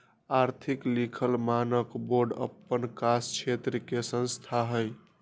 आर्थिक लिखल मानक बोर्ड अप्पन कास क्षेत्र के संस्था हइ